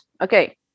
okay